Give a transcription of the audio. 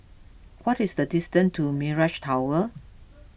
what is the distance to Mirage Tower